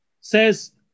says